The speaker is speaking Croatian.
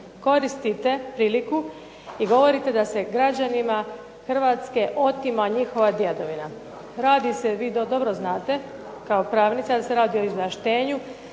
koristite priliku i govorite da se građanima Hrvatske otima njihova djedovina. Radi se vi to dobro znate kao pravnica, jer se radi o izvlaštenju